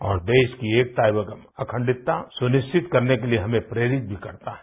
और देश की एकता और अखंडता सुनिश्चित करने के लिए हमें प्रेरित भी करता है